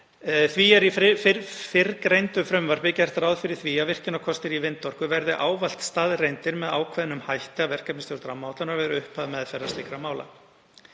Því er í fyrrgreindu frumvarpi gert ráð fyrir því að virkjunarkostir í vindorku verði ávallt staðreyndir með ákveðnum hætti af verkefnisstjórn rammaáætlunar við upphaf meðferðar slíkra mála.